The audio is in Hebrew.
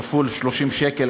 כפול 30 שקל,